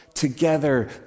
together